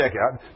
checkout